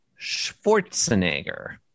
Schwarzenegger